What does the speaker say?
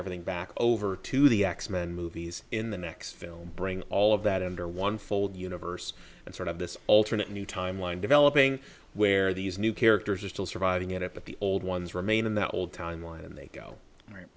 everything back over to the x men movies in the next film bring all of that under one fold universe and sort of this alternate new timeline developing where these new characters are still surviving at the old ones remain in the old timeline and they go